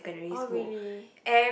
oh really